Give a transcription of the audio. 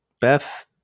Beth